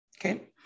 okay